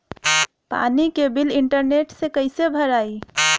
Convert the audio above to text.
पानी के bill internet से कइसे भराई?